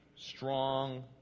strong